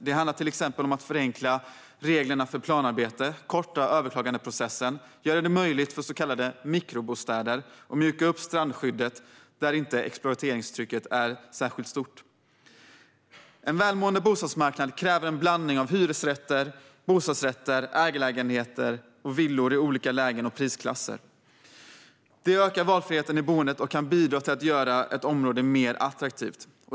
Det handlar till exempel om att förenkla reglerna för planarbete, korta överklagandeprocessen, göra det möjligt för så kallade mikrobostäder och mjuka upp strandskyddet där exploateringstrycket inte är särskilt stort. En välmående bostadsmarknad kräver en blandning av hyresrätter, bostadsrätter, ägarlägenheter och villor i olika lägen och prisklasser. Det ökar valfriheten i boendet och kan bidra till att göra ett område mer attraktivt.